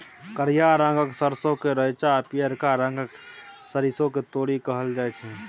करिया रंगक सरसों केँ रैंचा आ पीयरका रंगक सरिसों केँ तोरी कहल जाइ छै